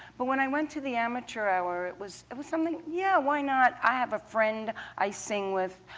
but when i went to the amateur hour, it was it was something, yeah, why not. i have a friend i sing with,